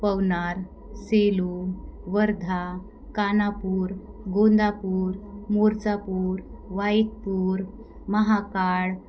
Pavnar Selu Wardha Kanapur Gondapur Morchapur Waikpur Mahakal